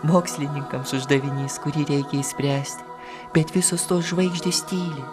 mokslininkams uždavinys kurį reikia išspręsti bet visos tos žvaigždės tyli